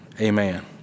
Amen